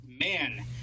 man